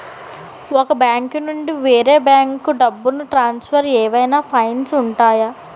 ఒక బ్యాంకు నుండి వేరే బ్యాంకుకు డబ్బును ట్రాన్సఫర్ ఏవైనా ఫైన్స్ ఉంటాయా?